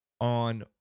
on